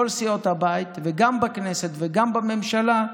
מכל סיעות הבית, גם בכנסת וגם בממשלה,